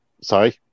sorry